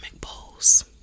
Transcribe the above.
bowls